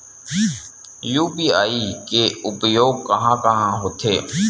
UPI के उपयोग कहां कहा होथे?